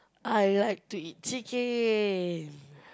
I like to eat chicken